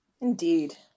Indeed